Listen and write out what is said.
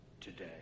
today